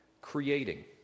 creating